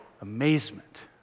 Amazement